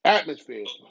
Atmosphere